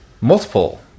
multiple